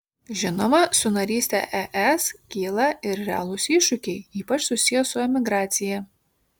žinoma su naryste es kyla ir realūs iššūkiai ypač susiję su emigracija